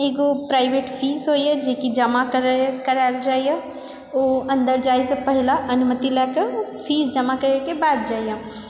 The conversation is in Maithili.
एगो प्राइवेट फीस होइए जेकि जमा करायल जाइए ओ अन्दर जाइसँ पहिले अनुमति लएकऽ फीस जमा करयके बाद जाइए